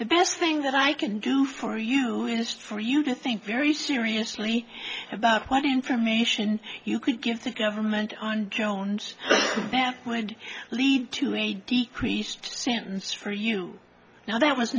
the best thing that i can do for you is for you to think very seriously about what information you could give the government on jones camp would lead to a decreased sentence for you now that was